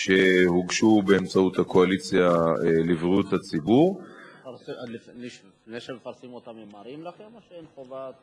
לכן הגיע הזמן שבאמת אתה והשר ארדן תשלבו ידיים ותביאו לממשלה